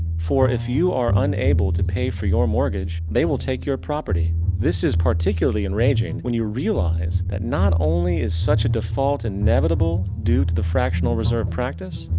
for, if you are unable to pay for your mortgage, they will take your property. this is particularly enraging when you realize, that not only is such a default inevitable due to the fractional reserve practice.